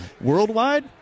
Worldwide